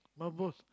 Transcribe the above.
my boss